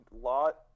lot